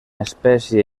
espècie